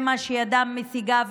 זה מה שידם משיגה,